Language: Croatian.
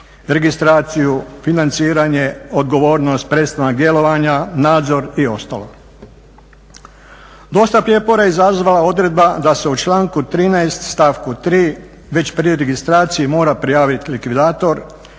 registraciju, financiranje, odgovornost, prestanak djelovanja, nadzor i ostalo. Dosta prijepora je izazvala odredba da se u članku 13.stavku 3.već pri registraciji mora prijaviti likvidator